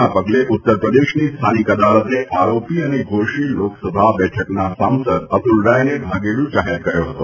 ના પગલે ઉત્તરપ્રદેશની સ્થાનિક અદાલતે આરોપી અને ઘોષી લોકસભા બેઠકના સાંસદ અતુલ રાયને ભાગેડુ જાહેર કર્યો હતો